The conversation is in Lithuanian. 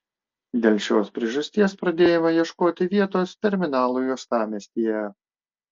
dėl šios priežasties pradėjome ieškoti vietos terminalui uostamiestyje